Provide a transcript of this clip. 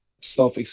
self